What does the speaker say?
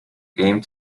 game